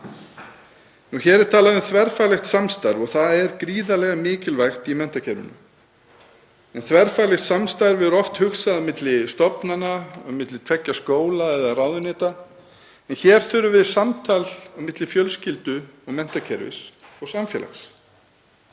Hér er talað um þverfaglegt samstarf og það er gríðarlega mikilvægt í menntakerfinu. Þverfaglegt samstarf er oft hugsað milli stofnana, milli tveggja skóla eða ráðuneyta, en hér þurfum við samtal á milli fjölskyldu og menntakerfis og samfélags.